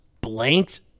blanked